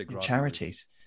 charities